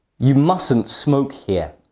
you mustn't smoke here.